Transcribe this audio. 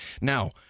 Now